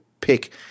pick